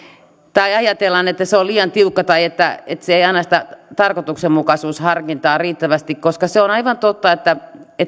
tai ajatellaan että se on liian tiukka tai että se ei anna sitä tarkoituksenmukaisuusharkintaa riittävästi koska se on aivan totta